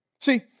See